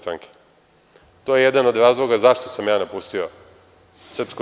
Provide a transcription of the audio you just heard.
To je jedan od razloga zašto sam ja napustio SRS.